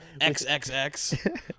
XXX